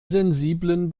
sensiblen